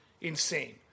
insane